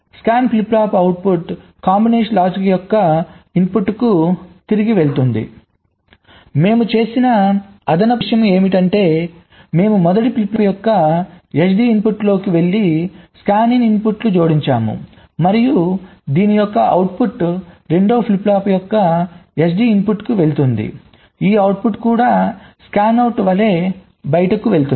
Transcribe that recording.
scan flip flop output combination logic యొక్క ఇన్పుట్కు తిరిగి వెళుతుంది మేము చేసిన అదనపు విషయం ఏమిటంటే మేము మొదటి ఫ్లిప్ ఫ్లాప్ యొక్క SD ఇన్పుట్లోకి వెళ్లే స్కానిన్ ఇన్పుట్ను జోడించాము మరియు దీని యొక్క అవుట్పుట్ రెండవ ఫ్లిప్ ఫ్లాప్ యొక్క SD ఇన్పుట్కు వెళుతుంది ఈ అవుట్పుట్ కూడా స్కానౌట్ వలె బయటకు వెళ్తోంది